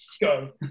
Go